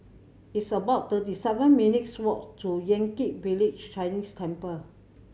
it's about thirty seven minutes' walk to Yan Kit Village Chinese Temple